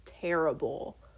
terrible